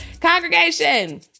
Congregation